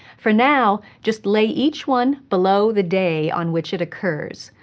for now, just lay each one below the day on which it occurs.